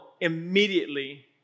immediately